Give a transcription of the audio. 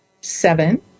seven